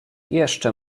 jeszcze